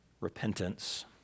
repentance